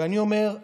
ואני אומר,